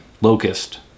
Locust